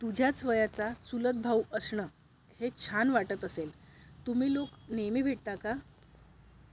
तुझ्याच वयाचा चुलत भााऊ असणं हे छान वाटत असेल तुम्ही लोक नेहमी भेटता का